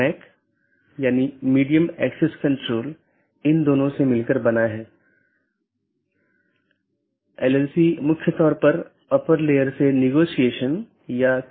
interior gateway protocol में router को एक ऑटॉनमस सिस्टम के भीतर जानकारी का आदान प्रदान करने की अनुमति होती है